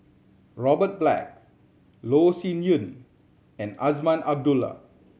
Robert Black Loh Sin Yun and Azman Abdullah